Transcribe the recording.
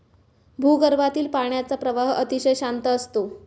भूगर्भातील पाण्याचा प्रवाह अतिशय शांत असतो